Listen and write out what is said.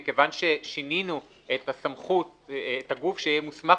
מכיוון ששינינו את הגוף שיהיה מוסמך